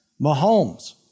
Mahomes